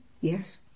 Yes